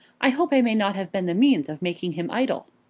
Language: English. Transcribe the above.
i hope i may not have been the means of making him idle?